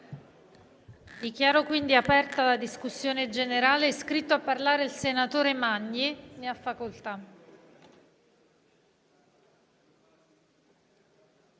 Dichiaro aperta la discussione generale. È iscritto a parlare il senatore Magni. Ne ha facoltà.